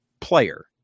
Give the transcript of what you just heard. player